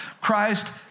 Christ